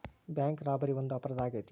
bank robbery ಒಂದು ಅಪರಾಧ ಆಗೈತೆ